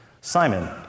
Simon